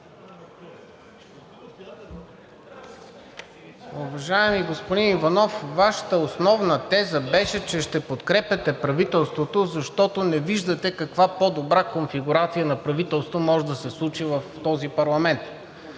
Уважаеми господин Иванов, Вашата основна теза беше, че ще подкрепяте правителството, защото не виждате каква по-добра конфигурация на правителство може да се случи в този парламент.